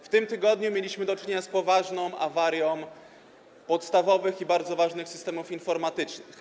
W tym tygodniu mieliśmy do czynienia z poważną awarią podstawowych i bardzo ważnych systemów informatycznych.